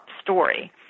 story